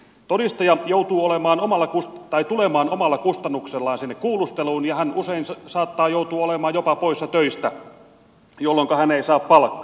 todistaja joutuu tulemaan omalla kustannuksellaan sinne kuulusteluun ja hän usein saattaa joutua olemaan jopa poissa töistä jolloinka hän ei saa palkkaa